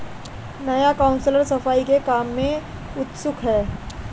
नया काउंसलर सफाई के काम में उत्सुक है